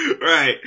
right